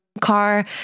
car